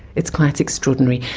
it's quite extraordinary.